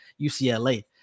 ucla